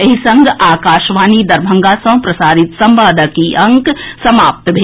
एहि संग आकाशवाणी दरभंगा सँ प्रसारित संवादक ई अंक समाप्त भेल